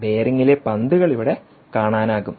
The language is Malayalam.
ബെയറിംഗിലെ പന്തുകൾ ഇവിടെ കാണാനാകും